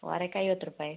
ವಾರಕ್ಕೆ ಐವತ್ತು ರೂಪಾಯಿ